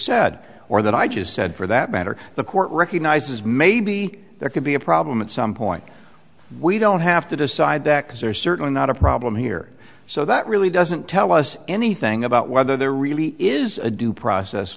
said or that i just said for that matter the court recognizes maybe there could be a problem at some point we don't have to decide that because they're certainly not a problem here so that really doesn't tell us anything about whether there really is a due process